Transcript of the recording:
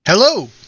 Hello